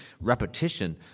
repetition